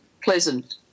pleasant